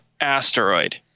Asteroid